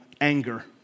anger